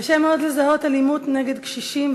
קשה מאוד לזהות אלימות נגד קשישים,